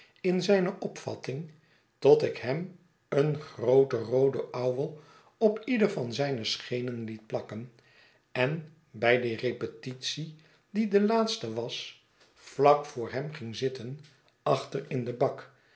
in zijne opvatting tot ik hem een grooten rooden ouwel op ieder van zijne schenen liet plakken en bij die repetitie die de laatste was vlak voor hem ging zitten achter in den bak